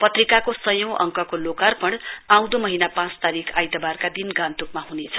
पत्रिकाको सयौं अङकको लोकार्पण आँउदो महीना पाँच तारीकका आइतवार दिन गान्तोकमा हुनेछ